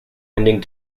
ending